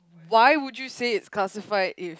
why would you say it's classified if